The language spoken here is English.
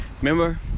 remember